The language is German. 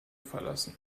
verlassen